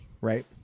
right